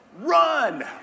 Run